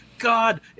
god